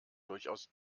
durchaus